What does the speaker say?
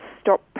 stop